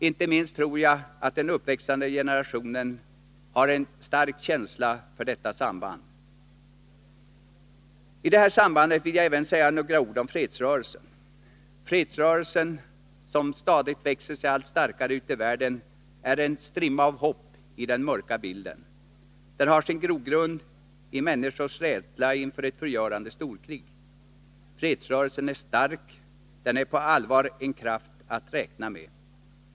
Inte minst tror jag att den uppväxande generationen har en stark känsla för detta samband. I detta sammanhang vill jag även säga några ord om fredsrörelsen. Fredsrörelsen, som stadigt växer sig allt starkare ute i världen, är en strimma av hopp i den mörka bilden. Den har som sin grogrund människors rädsla inför ett förgörande storkrig. Fredsrörelsen är stark, den är nu på allvar en kraft att räkna med.